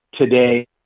today